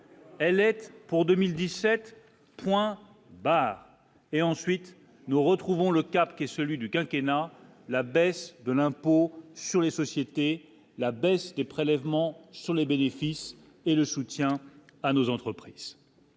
Elle est pour 2017, point barre, et ensuite nous retrouvons le cap qui est celui du quinquennat la baisse de l'Inde. Sur les sociétés, la baisse des prélèvements sur les bénéfices et le soutien à nos entreprises,